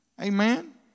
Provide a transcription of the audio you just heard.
Amen